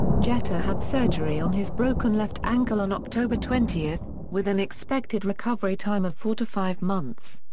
jeter had surgery on his broken left ankle on october twenty, with with an expected recovery time of four to five months.